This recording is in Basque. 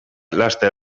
laster